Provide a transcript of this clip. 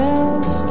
else